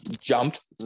jumped